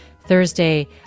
Thursday